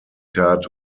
tat